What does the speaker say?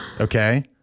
Okay